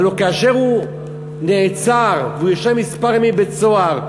הלוא כאשר הוא נעצר וישב כמה ימים בבית-סוהר,